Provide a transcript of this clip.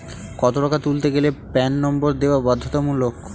কত টাকা তুলতে গেলে প্যান নম্বর দেওয়া বাধ্যতামূলক?